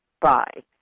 Bye